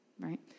right